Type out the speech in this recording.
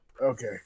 Okay